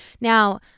Now